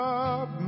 up